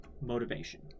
motivation